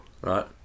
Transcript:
Right